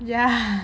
ya